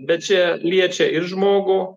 bet čia liečia ir žmogų